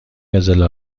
قزل